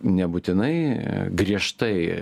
nebūtinai griežtai